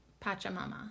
Pachamama